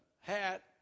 hat